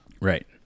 Right